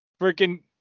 freaking